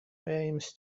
aims